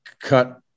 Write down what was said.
cut